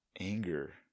anger